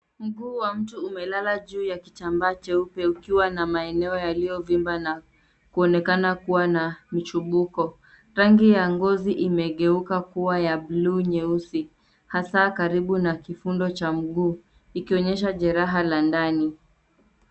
Mguu wa mtu umelala juu ya kitambaa cheupe ukiwa na maeneo yaliyo vimba na kuonekana kuwa na michubuko. Rangi ya ngozi imegeuka kuwa ya buluu nyeusi hasa karibu na kifundo cha mguu ikionyesha jeraha la ndani.